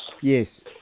Yes